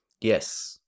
Yes